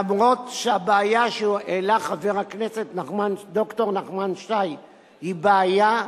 אף-על-פי שהבעיה שהעלה חבר הכנסת ד"ר נחמן שי היא בעיה,